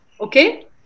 okay